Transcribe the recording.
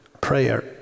prayer